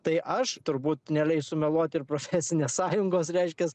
tai aš turbūt neleis sumeluoti ir profesinės sąjungos reiškias